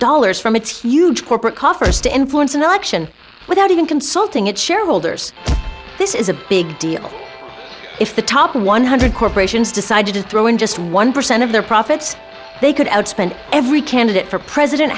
dollars from its huge corporate coffers to influence an election without even consulting its shareholders this is a big deal if the top one hundred corporations decide to throw in just one percent of their profits they could outspend every candidate for president